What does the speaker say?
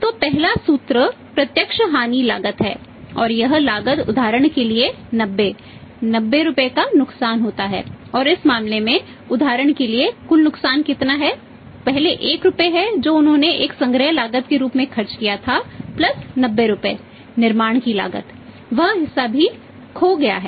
तो पहला सूत्र प्रत्यक्ष हानि लागत है और यह लागत उदाहरण के लिए है 90 90 रुपये का नुकसान होता है और इस मामले में उदाहरण के लिए कुल नुकसान कितना है पहले 1 रुपये है जो उन्होंने एक संग्रह लागत के रूप में खर्च किया था 90 रुपए निर्माण की लागत वह हिस्सा वह भी खो गया है